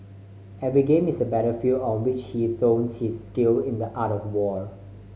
every game is a battlefield on which he his skill in the art of war